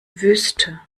wüste